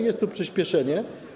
Jest tu przyspieszenie.